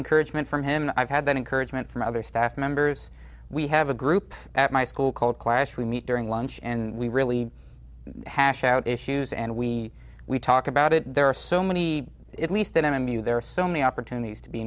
encouragement from him and i've had that encouragement from other staff members we have a group at my school called class we meet during lunch and we really hash out issues and we we talk about it there are so many it least m m u there are so many opportunities to be